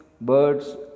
birds